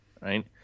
right